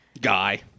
Guy